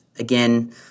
Again